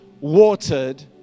watered